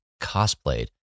cosplayed